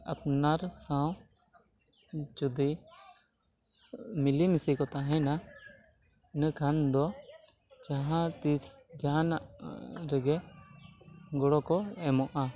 ᱟᱯᱱᱟᱨ ᱥᱟᱶ ᱡᱩᱫᱤ ᱢᱤᱞᱮᱢᱤᱥᱮ ᱠᱚ ᱛᱟᱦᱮᱱᱟ ᱤᱱᱟᱹᱠᱷᱟᱱ ᱫᱚ ᱡᱟᱦᱟᱸ ᱛᱤᱥ ᱡᱟᱦᱟᱱᱟᱜ ᱨᱮᱜᱮ ᱜᱚᱲᱚ ᱠᱚ ᱮᱢᱚᱜᱼᱟ